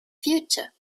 future